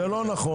זה לא נכון.